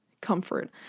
comfort